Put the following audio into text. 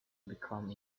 become